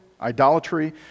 idolatry